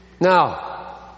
Now